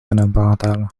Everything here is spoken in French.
monoparentales